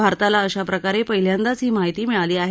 भारताला अशा प्रकारे पहिल्यांदाच ही माहिती मिळाली आहे